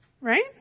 Right